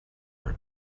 her